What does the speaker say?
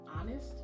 honest